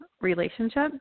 relationship